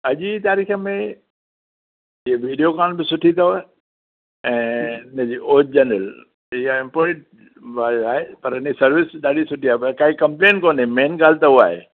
अॼु जी तारीख़ में इहो विडिओकॉन बि सुठी अथव ऐं इनजी ओजनल इया इंम्पोटिड माल आहे पर हिनजी सर्विस ॾाढी सुठी आहे पर काई कंप्लेन कोन्हे मेन ॻाल्ह त उहा आहे